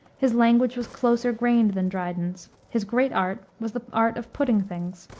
his language was closer-grained than dryden's. his great art was the art of putting things.